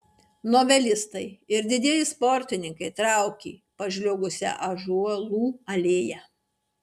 novelistai ir didieji sportininkai traukė pažliugusia ąžuolų alėja